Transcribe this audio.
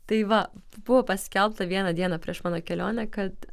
tai va buvo paskelbta viena diena prieš mano kelionę kad